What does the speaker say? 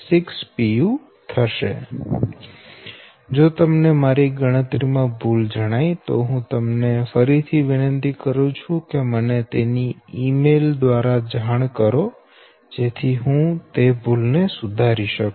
3486 pu જો તમને મારી ગણતરી માં કોઈ ભૂલ જણાય તો હું તમને વિનંતી કરું છું કે મને તેની ઈ મેલ દ્વારા જાણ કરો જેથી હું તે ભૂલ ને સુધારી શકું